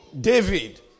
David